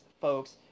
folks